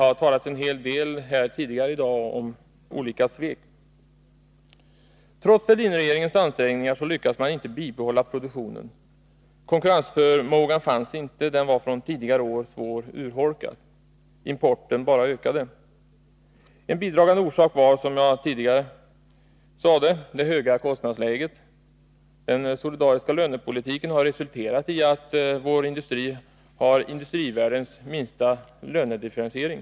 Jag återkomer till detta längre fram. Trots Fälldinregeringens ansträngningar lyckades man inte bibehålla produktionen. Konkurrensförmågan fanns inte — den var från tidigare år svårt urholkad. Importen bara ökade. En bidragande orsak var, som jag sade tidigare, det höga kostnadsläget. Den solidariska lönepolitiken har resulterat i att vår industri har industrivärldens minsta lönedifferentiering.